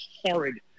horrid